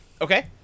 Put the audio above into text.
Okay